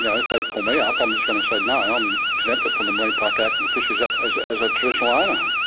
yeah if they like pull me up i'm just going to say, no, i'm exempted from the marine park act and the fisheries act as as a traditional owner.